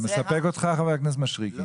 זה מספק אותך, חבר הכנסת משריקי?